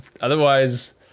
Otherwise